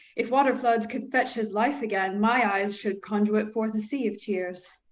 if water-floods could fetch his life again, my eyes should conduit forth a sea of tears